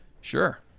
sure